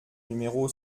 numéro